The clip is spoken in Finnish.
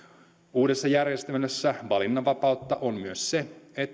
uudessa järjestelmässä valinnanvapautta on myös se että